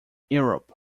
europe